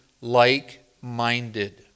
like-minded